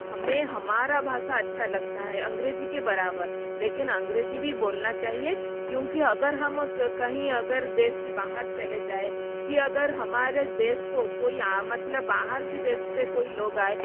हमें हमारा भाषा अच्छा लगता है अंग्रेजी के बराबर लेकिन अंग्रेजी भी बोलना चाहिए क्योंकि अगर हम कहीं अगर देश की बाहर चले जाए कि अगर हमारे देश को कोई आ मतलब बाहर की देश से कोई लोग आए